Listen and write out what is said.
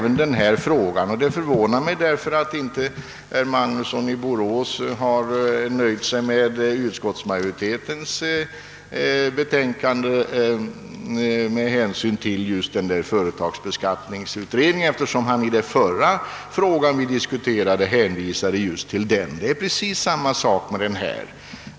Det förvånar mig att herr Magnusson i Borås inte har nöjt sig med utskottsmajoritetens betänkande med hänsyn just till företagsbeskattningsutredningen, eftersom han i den förra fråga vi diskuterade hänvisade till den. Det är samma sak i detta fall.